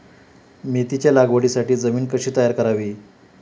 मेथीच्या लागवडीसाठी जमीन कशी तयार करावी?